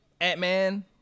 Ant-Man